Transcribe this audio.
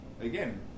again